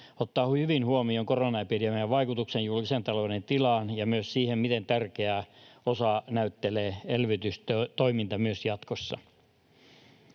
ottaa hyvin huomioon koronaepidemian vaikutuksen julkisen talouden tilaan ja myös siihen, miten tärkeää osaa näyttelee elvytystoiminta myös jatkossa.